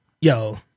Yo